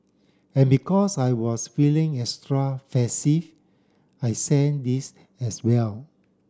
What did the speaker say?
and because I was feeling extra I sent this as well